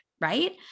right